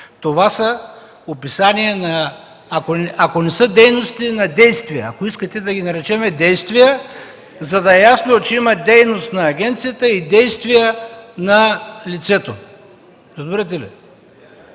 Това са описания на – ако не са дейности, на действия. Ако искате, да ги наречем „действия”, за да е ясно, че има дейност на агенцията и действия на лицето. ПРЕДСЕДАТЕЛ